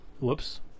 whoops